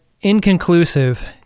inconclusive